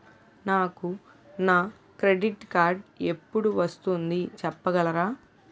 నాకు నా credit card ఎపుడు వస్తుంది చెప్పగలరా?